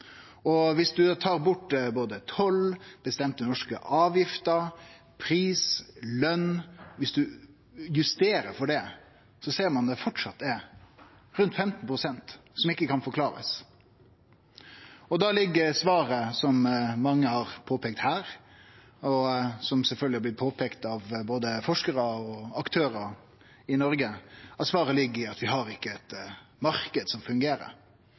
Viss ein tar bort både toll, bestemte norske avgifter, pris, løn – viss ein justerer for det, ser ein at det framleis er rundt 15 pst. som ikkje kan forklarast. Da ligg svaret, som mange har påpeika her, og som sjølvsagt har blitt påpeika av både forskarar og aktørar i Noreg, i at vi ikkje har ein marknad som fungerer.